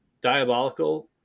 Diabolical